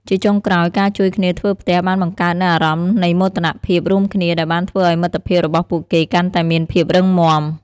ជាចុងក្រោយ ការជួយគ្នាធ្វើផ្ទះបានបង្កើតនូវអារម្មណ៍នៃមោទនភាពរួមគ្នាដែលបានធ្វើឱ្យមិត្តភាពរបស់ពួកគេកាន់តែមានភាពរឹងមាំ។